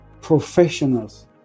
professionals